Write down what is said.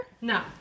no